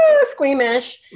squeamish